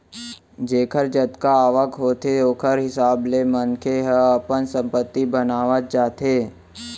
जेखर जतका आवक होथे ओखर हिसाब ले मनखे ह अपन संपत्ति बनावत जाथे